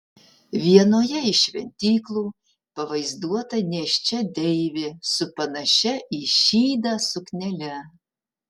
vienoje iš šventyklų pavaizduota nėščia deivė su panašia į šydą suknele